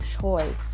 choice